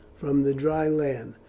from the dry land,